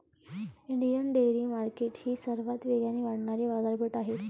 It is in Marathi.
इंडियन डेअरी मार्केट ही सर्वात वेगाने वाढणारी बाजारपेठ आहे